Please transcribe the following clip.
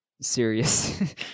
serious